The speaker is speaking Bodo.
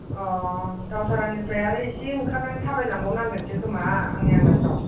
अ दावधारानिफ्राय आरो इसे ओंखारनानै थाबाय लांबावनांगोनसो खोमा आंनि आन्दासाव